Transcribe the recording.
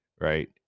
right